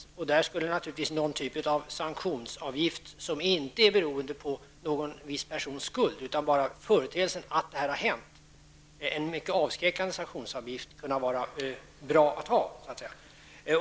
I dessa fall skulle någon typ av mycket avskräckande sanktionsavgift, som inte är beroende av någon viss persons skuld utan enbart företeelsen att detta har hänt, vara bra att ha.